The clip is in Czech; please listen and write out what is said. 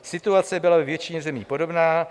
Situace byla ve většině zemí podobná.